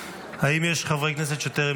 נאור שירי,